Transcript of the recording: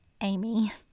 Amy